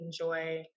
enjoy